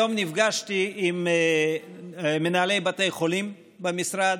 היום נפגשתי עם מנהלי בתי חולים במשרד.